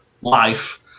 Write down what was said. life